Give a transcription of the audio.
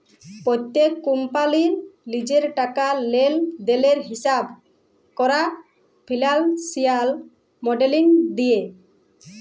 প্যত্তেক কম্পালির লিজের টাকা লেলদেলের হিঁসাব ক্যরা ফিল্যালসিয়াল মডেলিং দিয়ে